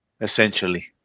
essentially